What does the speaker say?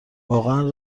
واقعا